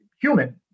human